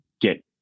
get